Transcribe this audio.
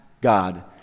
God